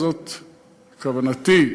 זאת כוונתי.